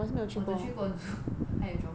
我只去过 zoo 还有 jurong bird park